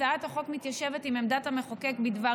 הצעת החוק מתיישבת עם עמדת המחוקק בדבר